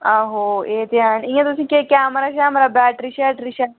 आहो एह् ते ऐन इ'यां तुसें गी कैमरा शैमरा बैटरी शैटरी